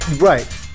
right